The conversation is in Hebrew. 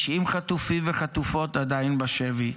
90 חטופים וחטופות עדיין בשבי.